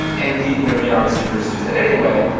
and he you know he obviously pursues it anyway.